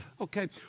Okay